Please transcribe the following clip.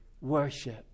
Worship